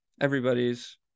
Everybody's